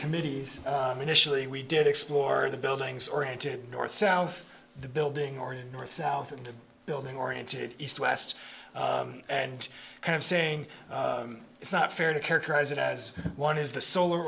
committees initially we did explore the buildings oriented north south the building or north south and the building oriented east west and kind of saying it's not fair to characterize it as one is the solar